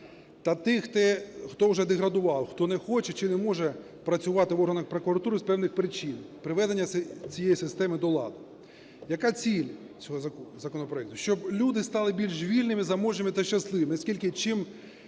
та тих, хто вже деградував, хто не хоче чи не може працювати в органах прокуратури з певних причин, приведення цієї системи до ладу. Яка ціль цього законопроекту? Щоб люди стали більш вільними, заможніми та щасливими, наскільки чим